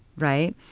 right.